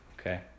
Okay